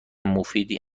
مفیدی